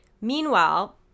Meanwhile